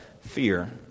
fear